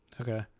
okay